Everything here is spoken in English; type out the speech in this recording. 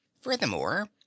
furthermore